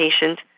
patient